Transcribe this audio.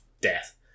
death